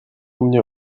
mnie